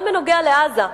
גם בנוגע לעזה.